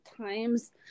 times